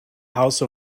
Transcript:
house